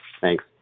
Thanks